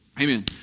Amen